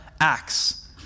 acts